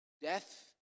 Death